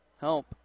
help